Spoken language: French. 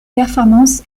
performances